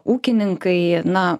ūkininkai na